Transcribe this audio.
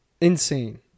insane